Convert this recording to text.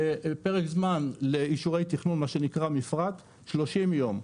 פרק זמן לאישורי תכנון זה 30 יום,